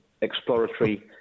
exploratory